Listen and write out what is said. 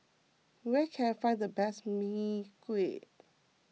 where can I find the best Mee Kuah